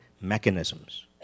mechanisms